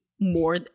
more